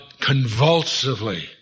convulsively